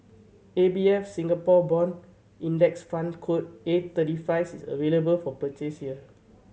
A B F Singapore Bond Index Fund code A thirty five is available for purchase here